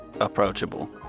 ...approachable